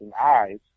eyes